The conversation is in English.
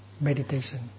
meditation